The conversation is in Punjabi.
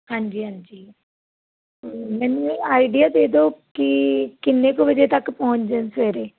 ਹਾਂਜੀ ਹਾਂਜੀ ਮੈਨੂੰ ਇਹ ਆਈਡੀਆ ਦੇਦੋ ਕੀ ਕਿੰਨੇ ਕ ਵਜੇ ਤੱਕ ਪਹੁੰਚ ਜਾਣ ਸਵੇਰੇ